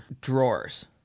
drawers